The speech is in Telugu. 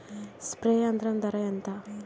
స్ప్రే యంత్రం ధర ఏంతా?